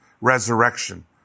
resurrection